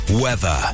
Weather